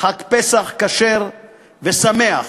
חג פסח כשר ושמח,